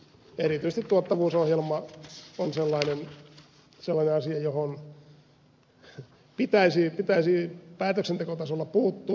erityisesti tuottavuusohjelma on sellainen asia johon pitäisi päätöksentekotasolla puuttua